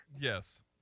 Yes